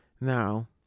now